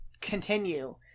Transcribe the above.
continue